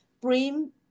bring